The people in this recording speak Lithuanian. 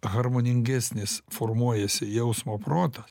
harmoningesnis formuojasi jausmo protas